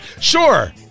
Sure